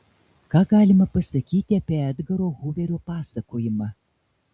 ką galima pasakyti apie edgaro huverio pasakojimą